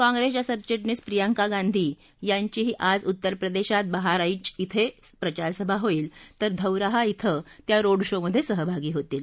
काँग्रेसच्या सरचिटणीस प्रियंका गांधी यांचीही आज उत्तरप्रदेशात बहारीच इथं प्रचारसभा होईल तर धौरान्हा इथं त्या रोड शो मध्ये सहभागी होतील